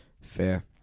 fair